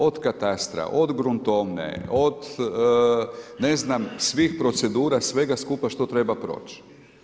Od katastra, od gruntovne, od ne znam svih procedura, svega skupa što treba proći.